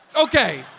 okay